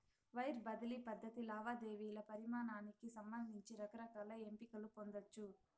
wire బదిలీ పద్ధతి లావాదేవీల పరిమానానికి సంబంధించి రకరకాల ఎంపికలు పొందచ్చు